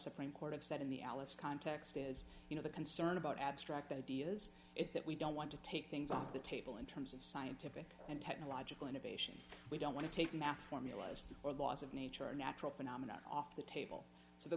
supreme court of said in the alice context is you know the concern about abstract ideas is that we don't want to take things off the table in terms of scientific and technological innovation we don't want to take math formulas or laws of nature or natural phenomena off the table so the